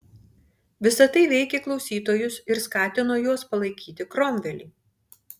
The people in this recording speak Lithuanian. visa tai veikė klausytojus ir skatino juos palaikyti kromvelį